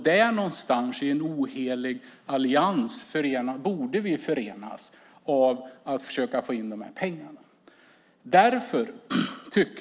Där någonstans borde vi förenas i en ohelig allians för att försöka få in dessa pengar.